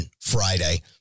Friday